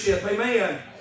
Amen